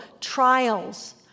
trials